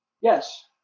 Yes